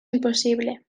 impossible